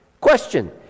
Question